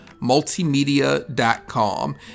multimedia.com